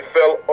fell